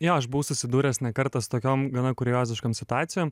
jo aš buvau susidūręs ne kartą su tokiom gana kurioziškom situacijom